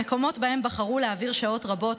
המקומות שבהם בחרו להעביר שעות רבות,